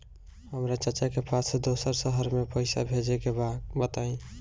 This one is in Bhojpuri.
हमरा चाचा के पास दोसरा शहर में पईसा भेजे के बा बताई?